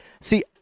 see